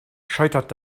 scheitert